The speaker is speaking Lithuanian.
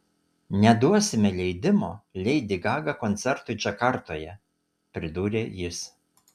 neduosime leidimo leidi gaga koncertui džakartoje pridūrė jis